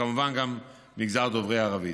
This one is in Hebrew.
וכמובן גם מגזר דוברי הערבית,